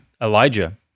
Elijah